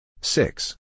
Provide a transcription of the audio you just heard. Six